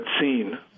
seen